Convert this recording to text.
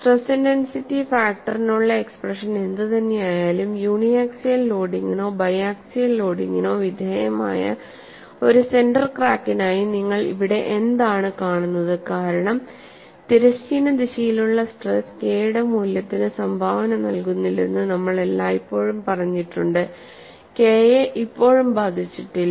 stress intensity ഫാക്ടറിനുള്ള expression എന്തുതന്നെയായാലും uniaxial ലോഡിംഗിനോ ബൈ ആക്സിയൽ ലോഡിംഗിനോ വിധേയമായ ഒരു സെന്റർ ക്രാക്കിനായി നിങ്ങൾ ഇവിടെ എന്താണ് കാണുന്നത് കാരണം തിരശ്ചീന ദിശയിലുള്ള സ്ട്രെസ് കെ യുടെ മൂല്യത്തിന് സംഭാവന നൽകുന്നില്ലെന്ന് നമ്മൾ എല്ലായ്പ്പോഴും പറഞ്ഞിട്ടുണ്ട് കെ യെ ഇപ്പോഴും ബാധിച്ചിട്ടില്ല